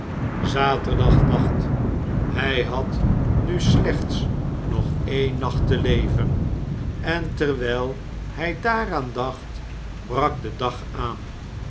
zaterdagnacht hij had nu slechts nog één nacht te leven en terwijl hij daaraan dacht brak de dag aan